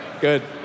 Good